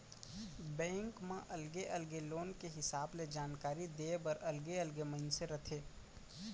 bank म अलगे अलगे लोन के हिसाब ले जानकारी देय बर अलगे अलगे मनसे रहिथे